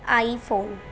I phone